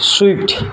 swift